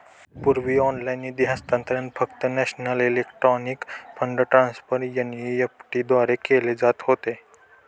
पूर्वी ऑनलाइन निधी हस्तांतरण फक्त national electronic fund transfer NEFT द्वारे केले जात होते